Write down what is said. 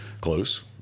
close